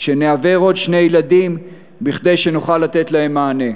שנעוור עוד שני ילדים כדי שנוכל לתת להם מענה.